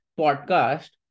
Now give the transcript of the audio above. podcast